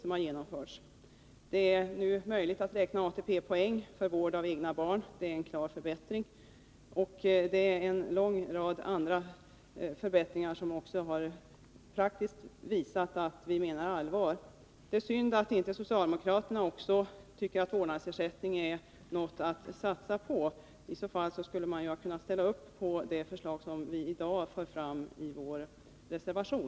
Det har också blivit möjligt att räkna ATP-poäng för vård av egna barn — en klar förbättring — och en lång rad andra förbättringar har också praktiskt visat att vi menar allvar. Det är synd att inte socialdemokraterna också tycker att vårdnadsersättning är något att satsa på. I så fall hade man kunnat ställa upp på det förslag vi nu framför i vår motion.